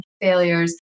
failures